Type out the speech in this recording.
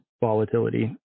volatility